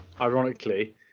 ironically